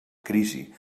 crisi